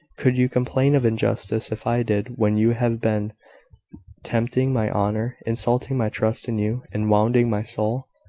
could you complain of injustice if i did, when you have been tempting my honour, insulting my trust in you, and wounding my soul?